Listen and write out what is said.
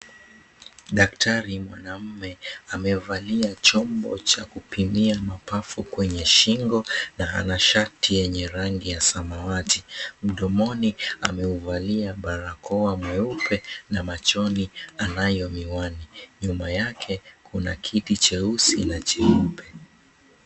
Daktari mwanamme amevalia chombo cha kupimia mapafu kwenye shingo, na ana shati yenye rangi ya samawati. Mdomoni ameuvalia barakoa mweupe, na machoni anayo miwani. Nyuma yake kuna kiti cheusi na cheupe.